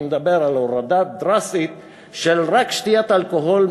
אני מדבר על הורדה דרסטית רק של שתיית אלכוהול,